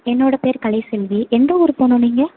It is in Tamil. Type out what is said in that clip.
என்னோடய பேர் கலைசெல்வி எந்த ஊர் போகணும் நீங்கள்